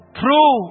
true